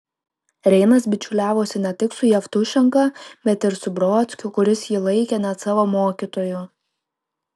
reinas bičiuliavosi ne tik su jevtušenka bet ir su brodskiu kuris jį laikė net savo mokytoju